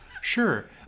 Sure